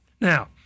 Now